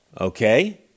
okay